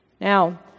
Now